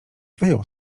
wyjął